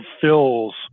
fills